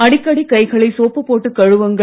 அடிக்கடி கைகளை சோப்பு போட்டு கழுவுங்கள்